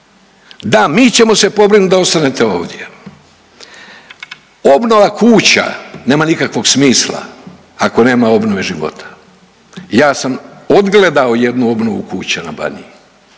da mi ćemo se pobrinuti da ostanete ovdje. Obnova kuća nema nikakvog smisla ako nema obnove života. Ja sam odgledao jednu obnovu kuća na Baniji,